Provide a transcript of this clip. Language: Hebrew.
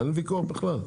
אין ויכוח בכלל.